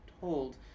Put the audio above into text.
told